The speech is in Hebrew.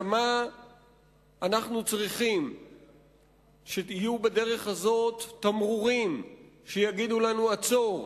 כמה אנחנו צריכים שיהיו בדרך הזאת תמרורים שיגידו לנו: עצור,